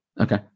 Okay